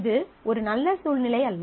இது ஒரு நல்ல சூழ்நிலை அல்ல